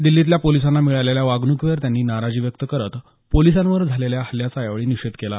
दिल्लीतल्या पोलिसांना मिळालेल्या वागणुकीवर त्यांनी नाराजी व्यक्त करत पोलिसांवर झालेल्या हल्याचा यावेळी निषेध केला